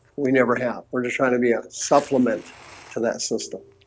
we never have we're just trying to be a supplement to that system